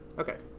okay,